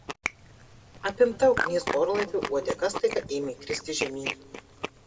apimta ugnies orlaivio uodega staiga ėmė kristi žemyn